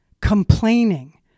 complaining